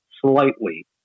slightly